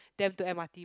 them to M_R_T